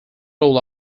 role